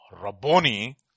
Rabboni